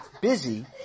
busy